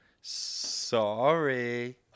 sorry